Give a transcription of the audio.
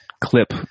clip